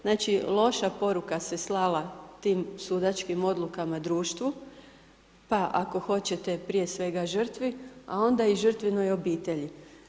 Znači loša poruka se slala tim sudačkim odlukama društvu pa ako hoćete prije svega žrtvi a onda i žrtvenoj obitelji.